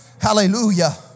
Hallelujah